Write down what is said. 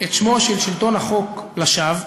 את שמו של שלטון החוק לשווא,